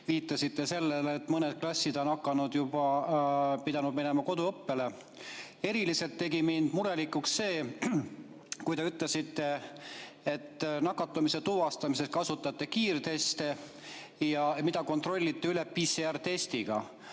viitasite sellele, et mõned klassid on juba pidanud minema koduõppele. Eriliselt tegi mind murelikuks see, kui te ütlesite, et nakatumise tuvastamiseks te kasutate kiirteste, mida kontrollite üle PCR‑testiga.